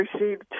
received